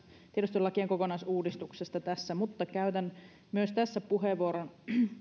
tiedustelulakien kokonaisuudistuksesta mutta käytän myös tässä kohdassa puheenvuoron